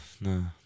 no